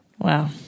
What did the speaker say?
Wow